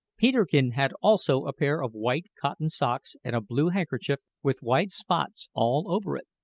peterkin had also a pair of white cotton socks and a blue handkerchief with white spots all over it.